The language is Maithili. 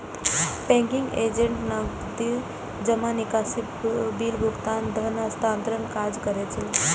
बैंकिंग एजेंट नकद जमा, निकासी, बिल भुगतान, धन हस्तांतरणक काज करै छै